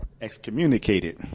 excommunicated